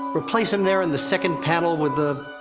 replace him there in the second panel with a.